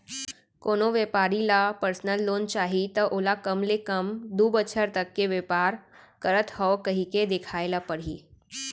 कोनो बेपारी ल परसनल लोन चाही त ओला कम ले कम दू बछर तक के बेपार करत हँव कहिके देखाए ल परही